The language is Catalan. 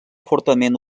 fortament